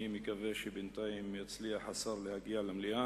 אני מקווה שבינתיים יצליח השר להגיע למליאה,